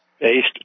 based